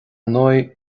ndóigh